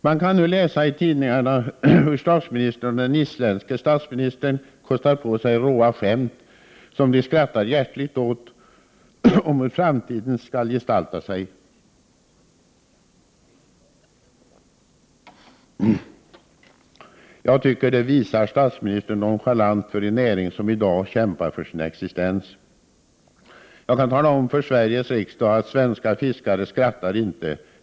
Man kan nu läsa i tidningarna hur statsministern och den isländska statsministern kostar på sig råa skämt om hur framtiden skall gestalta sig, vilka de skrattar hjärtligt åt. Jag tycker att det visar statsministerns nonchalans för en näring som i dag kämpar för sin existens. Jag kan tala om för Sveriges riksdag att svenska fiskare skrattar inte.